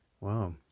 Wow